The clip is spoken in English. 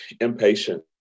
impatient